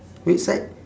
which side